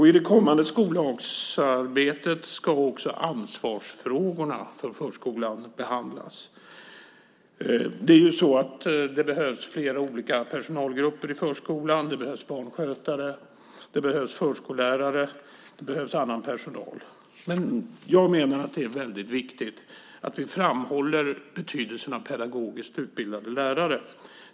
I det kommande skollagsarbetet ska också ansvarsfrågorna för förskolan behandlas. Det behövs flera olika personalgrupper i förskolan. Det behövs barnskötare, förskollärare och annan personal. Jag menar att det är väldigt viktigt att vi framhåller betydelsen av pedagogiskt utbildade lärare.